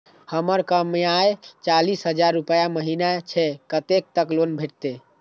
हमर कमाय चालीस हजार रूपया महिना छै कतैक तक लोन भेटते?